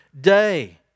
day